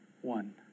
one